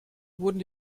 wurden